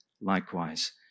likewise